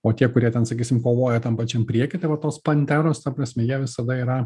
o tie kurie ten sakysim kovoja tam pačiam prieky tai va tos panteros ta prasme jie visada yra